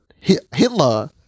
Hitler